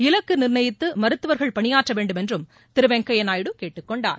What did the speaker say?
இலக்கு நிர்ணயித்து மருத்துவர்கள் பணியாற்ற வேண்டுமென்றும் திரு வெங்கையா நாயுடு கேட்டுக் கொண்டார்